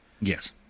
Yes